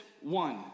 one